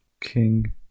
King